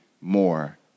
more